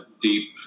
deep